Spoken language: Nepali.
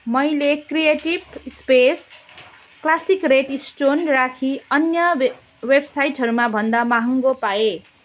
मैले Creative Space classic red stone rakhi अन्य वेबसाइटहरूमा भन्दा महँगो पाएँ